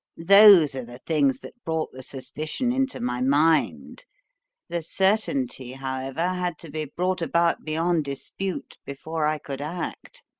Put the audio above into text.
those are the things that brought the suspicion into my mind the certainty, however, had to be brought about beyond dispute before i could act.